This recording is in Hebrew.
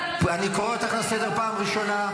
ואתה --- אני קורא אותך לסדר פעם ראשונה.